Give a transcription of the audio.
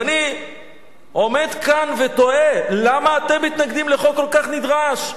ואני עומד כאן ותוהה: למה אתם מתנגדים לחוק כל כך נדרש,